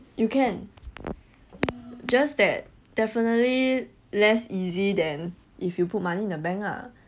you can just that definitely less easy then if you put money in the bank lah